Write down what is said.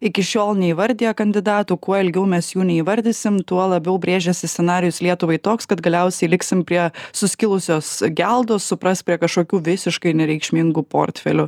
iki šiol neįvardijo kandidatų kuo ilgiau mes jų neįvardysim tuo labiau brėžiasi scenarijus lietuvai toks kad galiausiai liksim prie suskilusios geldos suprask prie kažkokių visiškai nereikšmingų portfelių